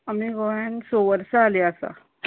आमी गोंयांत स वर्सा जाली आसा